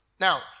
Now